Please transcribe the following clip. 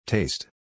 Taste